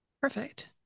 Perfect